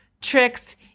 tricks